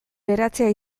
geratzea